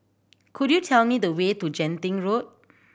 could you tell me the way to Genting Road